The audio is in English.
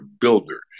builder